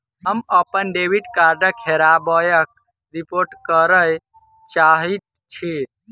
हम अप्पन डेबिट कार्डक हेराबयक रिपोर्ट करय चाहइत छि